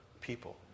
people